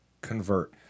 convert